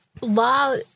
law